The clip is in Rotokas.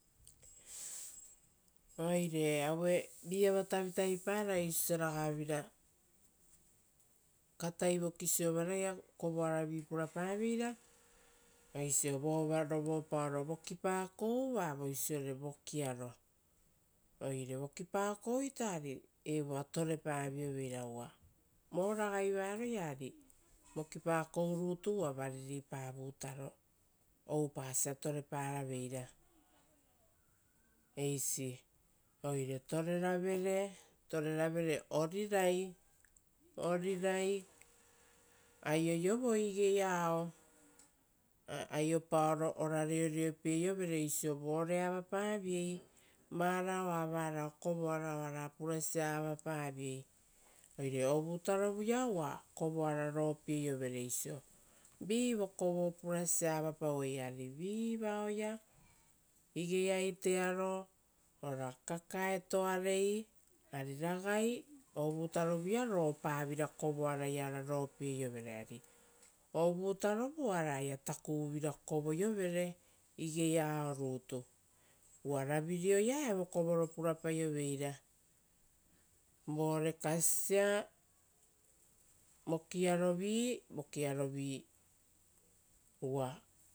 Oire auevi-iava tavitaviparai oisio osia ragavira katai voki siovaraia kovoaravi purapaveira, oisio vova rovopaoro vokipakou vavoisiore vokiaro. Oire vokipakou ari evoa torepavioveira uva vo ragaivaroia oupasia toreparaveira eisi. Oire toreravere orirai, aioiovoi igei ao, aiopaoro ora reorepieiovere oisio vore avapaviei, varao a varao kovoara oara purasia avapaviei, oire ovutarovuia uva kovoara ropieiovere oisio vi vokovo purasia avapauei ari vi vaoia, igei aitearo ora kakaetoarei ari ragai. Ovutarovuia ropavira kovoaraia ora ropieiovere ari o vutatarovu oaraia takuvuvira kovoio vere igei ao rutu. Uva ravireia evo kovoro purapaioveira, vore kasisia vokiarovi vokiarovi uva